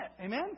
Amen